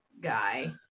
guy